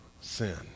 sin